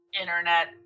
internet